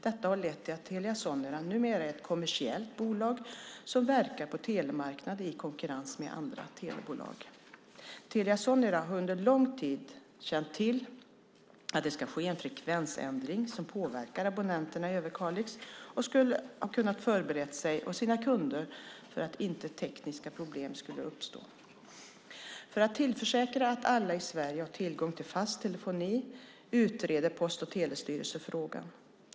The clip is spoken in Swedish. Detta har lett till att Telia Sonera numera är ett kommersiellt bolag som verkar på telemarknaden i konkurrens med andra telebolag. Telia Sonera har under lång tid känt till att det ska ske en frekvensändring som påverkar abonnenterna i Överkalix och skulle kunna ha förberett sig och sina kunder för att inte tekniska problem skulle uppstå. För att tillförsäkra att alla i Sverige har tillgång till fast telefoni utreder Post och telestyrelsen frågan.